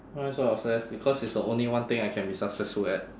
why so obsessed because it's the only one thing I can be successful at